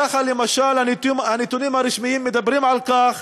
ככה, למשל, הנתונים הרשמיים מדברים על כך